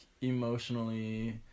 emotionally